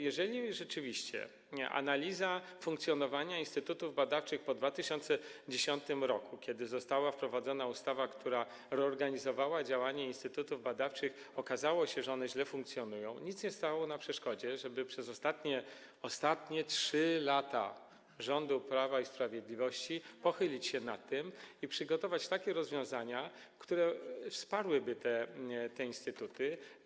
Jeżeli rzeczywiście analiza funkcjonowania instytutów badawczych po 2010 r., w którym została wprowadzona ustawa, która reorganizowała działanie instytutów badawczych, wykazała, że one źle funkcjonują, to nic nie stało na przeszkodzie, żeby przez ostatnie 3 lata rządów Prawa i Sprawiedliwości pochylić się nad tym i przygotować takie rozwiązania, które wsparłyby te instytuty.